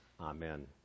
Amen